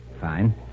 Fine